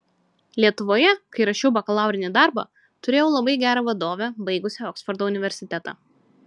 lietuvoje kai rašiau bakalaurinį darbą turėjau labai gerą vadovę baigusią oksfordo universitetą